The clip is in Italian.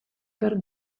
per